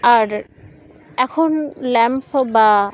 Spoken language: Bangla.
আর এখন ল্যাম্প বা